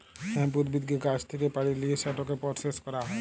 hemp উদ্ভিদকে গাহাচ থ্যাকে পাড়ে লিঁয়ে সেটকে পরসেস ক্যরা হ্যয়